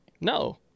No